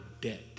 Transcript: debt